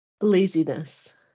laziness